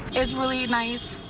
it's really nice.